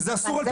אבל זה אסור,